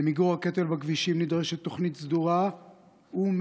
למיגור הקטל בכבישים נדרשת תוכנית סדורה ומתוקצבת.